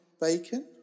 bacon